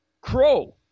Crow